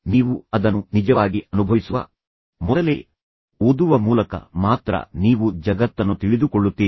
ನೀವು ಅದನ್ನು ನಿಜವಾಗಿ ಅನುಭವಿಸುವ ಮೊದಲೇ ಓದುವ ಮೂಲಕ ಮಾತ್ರ ನೀವು ಜಗತ್ತನ್ನು ತಿಳಿದುಕೊಳ್ಳುತ್ತೀರಿ